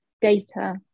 data